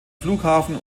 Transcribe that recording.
flughafen